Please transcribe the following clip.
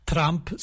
Trump